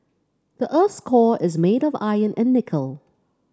the earth's core is made of iron and nickel